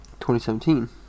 2017